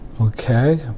Okay